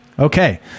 Okay